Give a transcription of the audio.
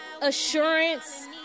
assurance